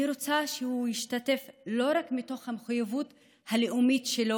אני רוצה שהוא ישתתף לא רק מתוך המחויבות הלאומית שלו